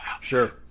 sure